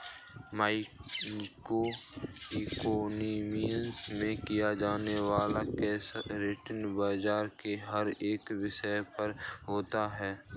micro economics में किया जाने वाला केस स्टडी बाजार के हर एक विषय पर होता है